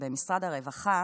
שבמשרד הרווחה